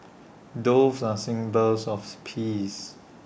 doves are symbols of peace